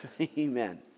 Amen